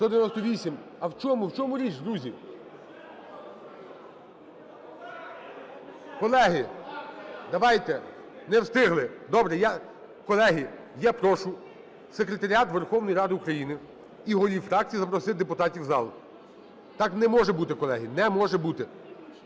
Не встигли, добре. Колеги, я прошу секретаріат Верховної Ради України і голів фракцій запросити депутатів в зал. Так не може бути, колеги, не може бути.